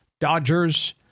Dodgers